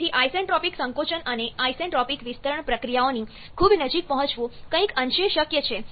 તેથી આઇસેન્ટ્રોપિક સંકોચન અને આઇસેન્ટ્રોપિક વિસ્તરણ પ્રક્રિયાઓની ખૂબ નજીક પહોંચવું કંઈક અંશે શક્ય છે